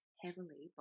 heavily